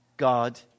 God